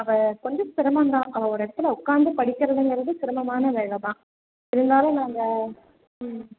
அவள் கொஞ்சம் சிரமம் தான் அவள் ஒரு இடத்துல உட்காந்து படிக்கிறதுங்கிறது சிரமமான வேலை தான் இருந்தாலும் நாங்கள் ம்